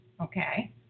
okay